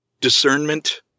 discernment